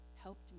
helped